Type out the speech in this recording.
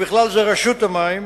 ובכלל זה רשות המים,